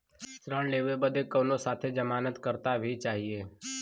ऋण लेवे बदे कउनो साथे जमानत करता भी चहिए?